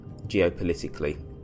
geopolitically